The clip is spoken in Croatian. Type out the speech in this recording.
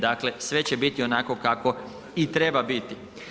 Dakle, sve će biti onako kako i treba biti.